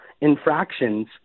infractions